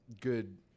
Good